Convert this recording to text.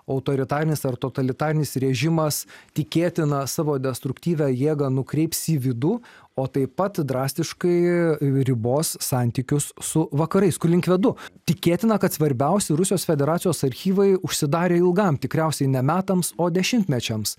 autoritarinis ar totalitarinis režimas tikėtina savo destruktyvią jėgą nukreips į vidų o taip pat drastiškai ribos santykius su vakarais kur link vedu tikėtina kad svarbiausi rusijos federacijos archyvai užsidarė ilgam tikriausiai ne metams o dešimtmečiams